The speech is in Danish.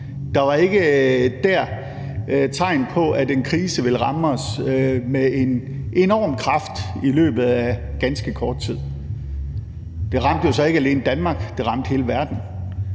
Der var ikke dér tegn på, at en krise ville ramme os med en enorm kraft i løbet af ganske kort tid. Den ramte jo så ikke alene Danmark; den ramte hele verden.